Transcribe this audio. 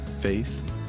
Faith